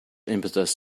impetus